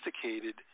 sophisticated